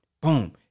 Boom